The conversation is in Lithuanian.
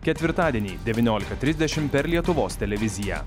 ketvirtadienį devyniolika trisdešimt per lietuvos televiziją